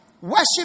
Worship